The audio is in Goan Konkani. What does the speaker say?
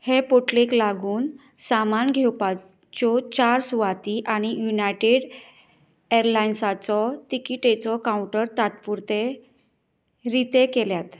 हे पोटलेक लागून सामान घेवपाच्यो चार सुवाती आनी युनायटेड ऍरलायन्साचो तिकेटिचो कावंटर तात्पुरते रिते केल्यात